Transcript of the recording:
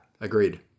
agreed